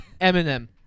eminem